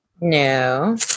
no